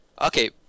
okay